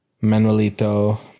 Manuelito